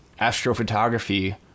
astrophotography